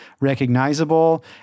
recognizable